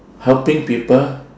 helping people